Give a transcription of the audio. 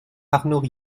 arnaud